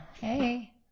Hey